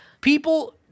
People